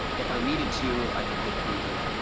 if i needed to, i could hit the